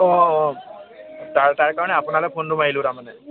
অঁ অঁ তাৰ তাৰ কাৰণে আপোনালৈ ফোনটো মাৰিলোঁ তাৰমানে